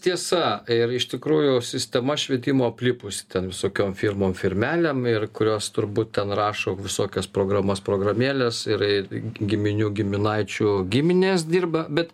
tiesa ir iš tikrųjų sistema švietimo aplipusi ten visokiom firmom firmelėm ir kurios turbūt ten rašo visokias programas programėles ir ir giminių giminaičių giminės dirba bet